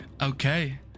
Okay